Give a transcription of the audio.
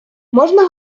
можна